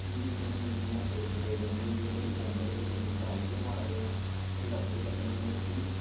फ्ही दिक्खने होन्ने जियां एक दो दिन होई गे नुहाड़ी पौंगर पेई बूह्ट्टा आई गेआ माड़ा जेहा फिर अस केह् करने होन्ने उसी